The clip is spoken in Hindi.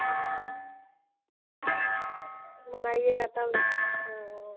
हाँ मनाइएगा तब न तो